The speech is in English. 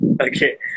okay